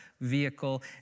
vehicle